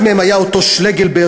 אחד מהם היה אותו שלגלברגר,